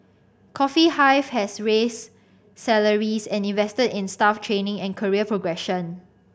Coffee Hive has raised salaries and invested in staff training and career progression